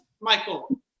Michael